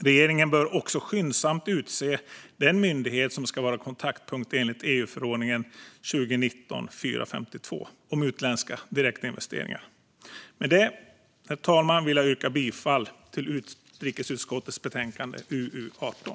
Regeringen bör också skyndsamt utse den myndighet som ska vara kontaktpunkt enligt EU-förordningen 2019/452 om utländska direktinvesteringar. Med det, herr talman, vill jag yrka bifall till utskottets förslag i betänkande UU18.